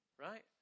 Right